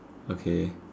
okay